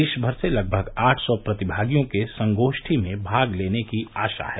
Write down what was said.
देशभर से लगभग आठ सौ प्रतिभागियों के संगोष्ठी में भाग लेने की आशा है